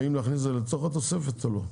האם להכניס את זה לתוך התוספת או לא.